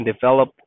develop